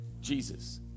Jesus